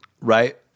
right